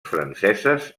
franceses